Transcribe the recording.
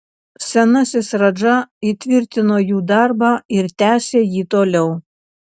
senasis radža įtvirtino jų darbą ir tęsė jį toliau